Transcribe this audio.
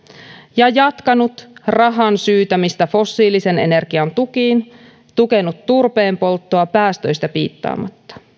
ja jatkanut rahan syytämistä fossiilisen energian tukiin tukenut turpeen polttoa päästöistä piittaamatta